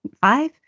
five